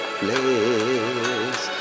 place